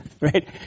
Right